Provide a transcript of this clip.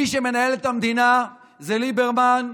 מי שמנהל את המדינה זה ליברמן,